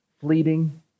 fleeting